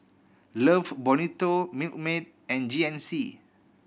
Love Bonito Milkmaid and G N C